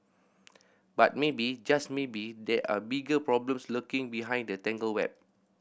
but maybe just maybe there are bigger problems lurking behind the tangled web